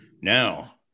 Now